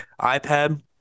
iPad